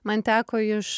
man teko iš